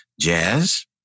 jazz